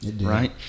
right